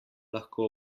lahko